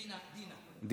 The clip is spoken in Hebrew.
דוניא.